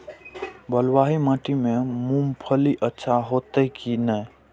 बलवाही माटी में मूंगफली अच्छा होते की ने?